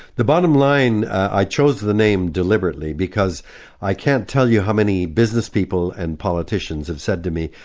the bottom line, i chose the name deliberately because i can't tell you how many business people and politicians have said to me,